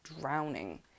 drowning